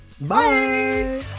bye